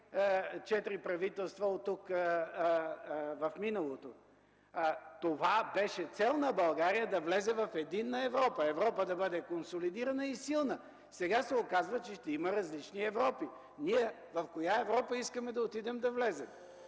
три-четири правителства в миналото. Това беше цел на България – да влезе в единна Европа, Европа да бъде консолидирана и силна. Сега се оказва, че ще има различни Европи. Ние в коя Европа искаме да влезем?